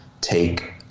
take